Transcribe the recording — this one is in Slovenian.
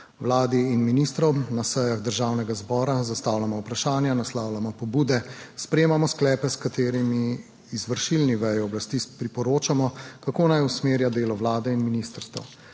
vladi in ministrom na sejah državnega zbora zastavljamo vprašanja, naslavljamo pobude, sprejemamo sklepe, s katerimi izvršilni veji oblasti priporočamo, kako naj usmerja delo Vlade in ministrstev,